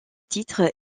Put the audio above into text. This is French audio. titre